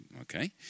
okay